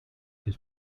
his